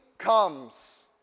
Comes